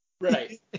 Right